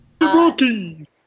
Rocky